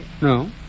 No